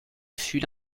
fut